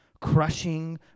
crushing